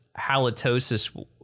halitosis